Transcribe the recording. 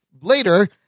later